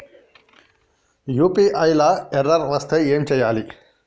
UPI లా error వస్తే ఏం చేయాలి?